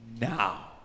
now